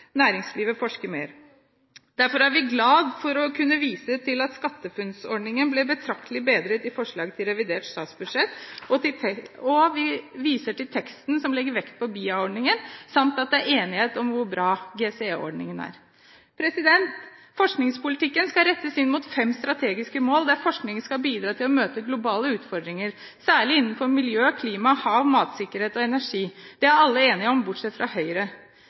næringslivet forsker mer. Derfor er vi glad for å kunne vise til at SkatteFUNN-ordningen ble betraktelig bedret i forslag til revidert statsbudsjett. Vi viser til teksten som legger vekt på BIA-ordningen, og at det er enighet om hvor bra GCE-ordningen er. Forskningspolitikken skal rettes inn mot fem strategiske mål, der forskningen skal bidra til å møte globale utfordringer, særlig innenfor miljø, klima, hav, matsikkerhet og energi. Det er alle enige om, bortsett fra Høyre.